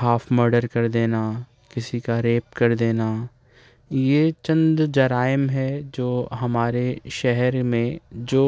half murder کر دینا کسی کا ریپ کر دینا یہ چند جرائم ہے جو ہمارے شہر میں جو